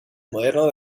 moderno